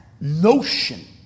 notion